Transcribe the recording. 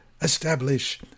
establish